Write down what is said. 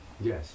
Yes